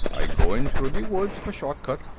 i'm goin' troo de woods for short cut.